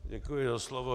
Děkuji za slovo.